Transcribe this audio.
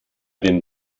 den